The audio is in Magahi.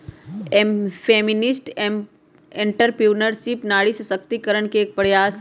फेमिनिस्ट एंट्रेप्रेनुएरशिप नारी सशक्तिकरण के एक प्रयास हई